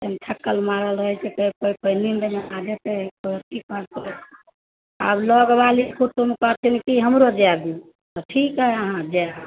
थकल मारल रहैत छै